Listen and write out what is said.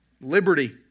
liberty